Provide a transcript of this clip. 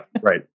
right